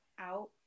out